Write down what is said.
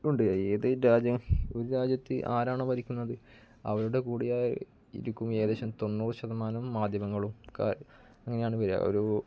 ഉണ്ട് ഏത് ഒരു രാജ്യത്ത് ആരാണോ ഭരിക്കുന്നത് അവരുടെ കൂടെയായിരിക്കും ഏകദേശം തൊണ്ണൂറു ശതമാനം മാധ്യമങ്ങളും ഒക്കെ അങ്ങനെയാണ് വരുക ഒരു